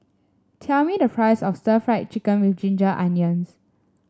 tell me the price of stir Fry Chicken with Ginger Onions